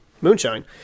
moonshine